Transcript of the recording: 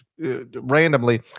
randomly